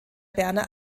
berner